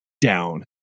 down